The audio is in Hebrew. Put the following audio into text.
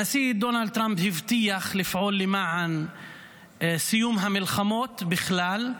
הנשיא דונלד טראמפ הבטיח לפעול למען סיום המלחמות בכלל,